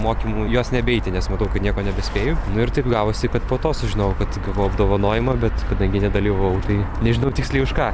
mokymų į juos nebeiti nes matau kad nieko nebespėju nu ir taip gavosi kad po to sužinojau kad gavau apdovanojimą bet kadangi nedalyvavau tai nežinau tiksliai už ką